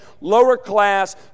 lower-class